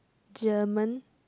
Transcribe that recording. German